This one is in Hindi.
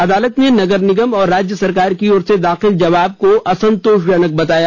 अदालत ने नगर निगम और राज्य सरकार की ओर से दाखिल जवाब को असंतोषजनक बताया